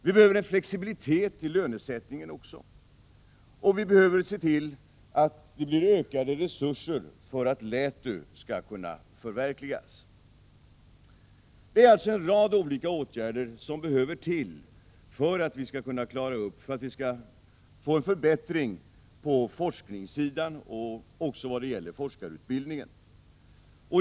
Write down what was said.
Vi behöver också en flexibilitet i lönesättningen, och vi behöver se till att resurserna ökas för att LÄTU skall kunna förverkligas. Det är alltså en rad olika åtgärder som behöver genomföras för att vi skall kunna få en förbättring på forskningssidan och även när det gäller forskarutbildningen.